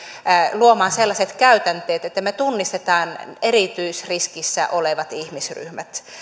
luomaan sellaiset käytänteet että me tunnistamme erityisriskissä olevat ihmisryhmät